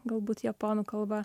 galbūt japonų kalba